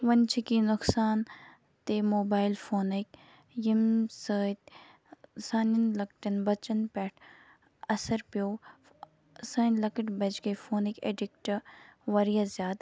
وۄنۍ چھِ کینٛہہ نقصان تہِ موبایل فونٕک یمہِ سۭتۍ سانٮ۪ن لۄکٹٮ۪ن بچن پٮ۪ٹھ اثر پیٚو سٲنۍ لَکٕٹ بچہٕ گٔے فونٕک ایڑِکٹہٕ واریاہ زیادٕ